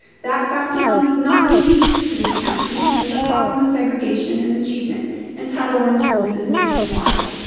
that fact alone is not unique to this county as the problem of segregation and achievement in title one schools is nationwide.